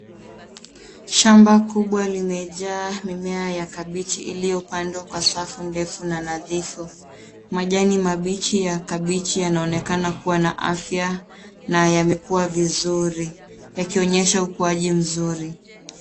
Shamba kubwa limejaa mimea ya kabichi, iliyopandwa kwa safu ndefu na nadhifu. Majani mabichi ya kabichi yanaonekana kua na afya na yamekua vizuri, yakionyesha ukuaji mzuri.